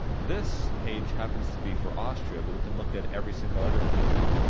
this page happens to be for austria, but we can look at every single other country,